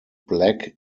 black